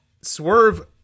swerve